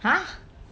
!huh!